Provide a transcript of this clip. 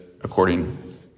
according